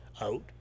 out